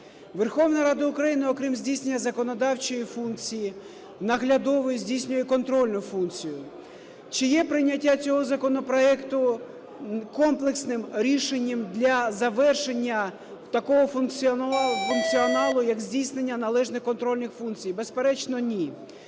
Верховна Рада України окрім здійснення законодавчої функції, наглядової, здійснює контрольну функцію. Чи є прийняття цього законопроекту комплексним рішенням для завершення такого функціоналу, як здійснення контрольних функцій? Безперечно, ні.